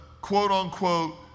quote-unquote